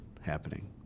happening